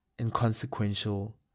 inconsequential